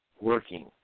working